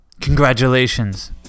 Congratulations